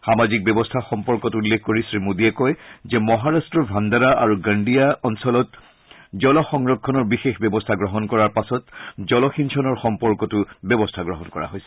সামাজিক ব্যৱস্থা সম্পৰ্কত উল্লেখ কৰি শ্ৰীমোদীয়ে কয় যে মহাৰাট্টৰ ভাণ্ডাৰা আৰু গণ্ডিয়া অঞ্চলত জলসংৰক্ষণৰ বিশেষ ব্যৱস্থা গ্ৰহণ কৰাৰ পাছত জলসিঞ্চনৰ সম্পৰ্কটো ব্যৱস্থা গ্ৰহণ কৰা হৈছে